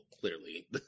clearly